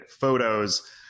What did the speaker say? photos